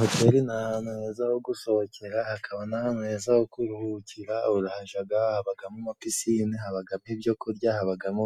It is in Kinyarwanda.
Hoteri ni ahantu heza ho gusohokera， hakaba n’ahantu heza ho kuruhukira， hajaga habagamo ama pisine，habagamo ibyo kurya， habagamo